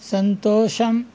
సంతోషం